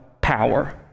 power